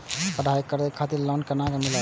पढ़ाई करे खातिर लोन केना मिलत?